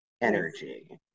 energy